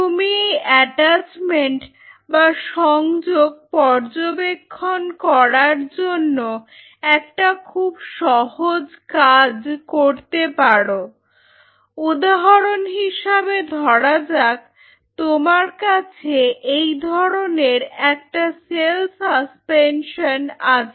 তুমি এই অ্যাটাচমেন্ট বা সংযোগ পর্যবেক্ষণ করার জন্য একটা খুব সহজ কাজ করতে পারো উদাহরণ হিসেবে ধরা যাক তোমার কাছে এই ধরনের একটা সেল সাসপেনশন আছে